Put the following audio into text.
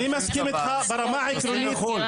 אני מסכים איתך ברמה העקרונית,